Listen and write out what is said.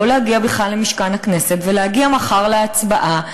לא להגיע בכלל למשכן הכנסת ולהגיע מחר להצבעה,